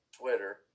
Twitter